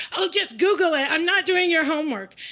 oh, just google it. i'm not doing your homework.